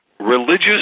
Religious